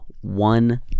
one